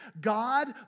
God